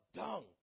dung